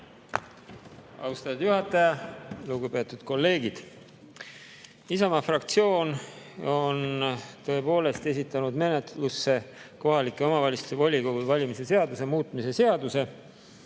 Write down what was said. Austatud juhataja! Lugupeetud kolleegid! Isamaa fraktsioon on tõepoolest esitanud menetlemiseks kohaliku omavalitsuse volikogu valimise seaduse muutmise seaduse